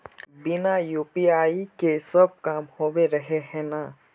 बिना यु.पी.आई के सब काम होबे रहे है ना?